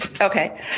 Okay